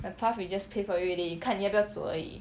the path is just paved for you already 看你要不要走而已